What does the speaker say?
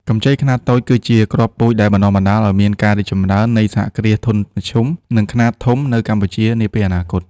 កម្ចីខ្នាតតូចគឺជាគ្រាប់ពូជដែលបណ្ដុះឱ្យមានការរីកចម្រើននៃសហគ្រាសធុនមធ្យម និងខ្នាតធំនៅកម្ពុជានាពេលអនាគត។